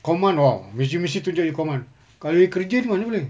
command oh machine machine itu jadi command kalau you kerja ini mana boleh